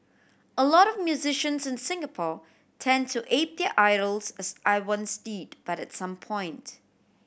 a lot of musicians in Singapore tend to ape their idols as I once did but at some point